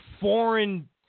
foreign